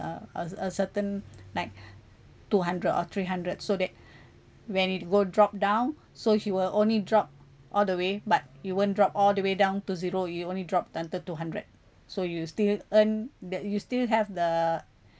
uh a a certain like two hundred or three hundred so that when it go drop down so she will only drop all the way but you won't drop all the way down to zero you only dropped until two hundred so you still earn the you still have the